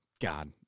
God